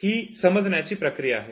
ही समजण्याची प्रक्रिया आहे